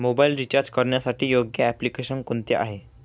Mobile recharge करण्यासाठी योग्य application कोणते आहे?